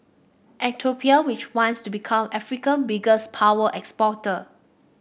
Ethiopia which wants to become Africa biggest power exporter